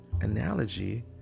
analogy